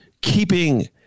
keeping